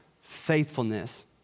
faithfulness